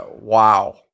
wow